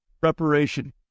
Preparation